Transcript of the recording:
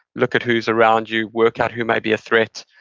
look at who's around you, work out who may be a threat,